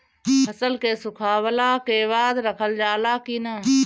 फसल के सुखावला के बाद रखल जाला कि न?